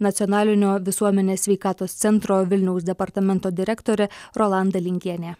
nacionalinio visuomenės sveikatos centro vilniaus departamento direktorė rolanda lingienė